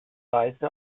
reise